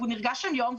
והוא נרגע שם יום,